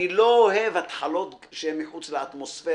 אני לא אוהב התחלות שהן מחוץ לאטמוספירה,